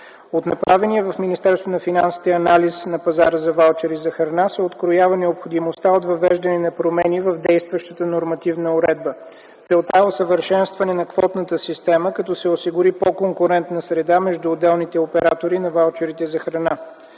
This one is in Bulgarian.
на финансите анализ на пазара за ваучери за храна се откроява необходимостта от въвеждане на промени в действащата нормативна уредба. Целта е усъвършенстването на квотната система като се осигури по-конкурентна среда между отделните оператори на ваучерите за храна.